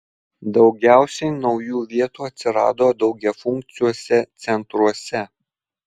daugiausiai naujų vietų atsirado daugiafunkciuose centruose